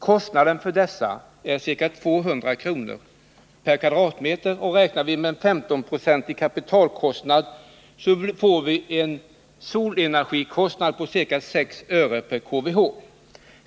Kostnaden för dessa är ca 200:- m? och år blir kostnaden 6 öre/kWh.